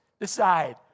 decide